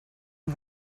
you